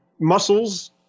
muscles